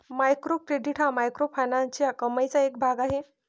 micro credit हा microfinance कमाईचा एक भाग आहे